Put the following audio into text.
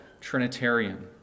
Trinitarian